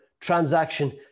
transaction